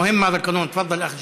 (אומר בערבית: החוק הזה חשוב.) תפדל, ג'מאל.